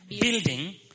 building